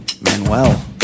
Manuel